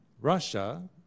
Russia